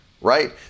right